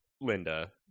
linda